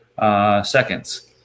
seconds